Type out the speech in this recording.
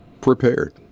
prepared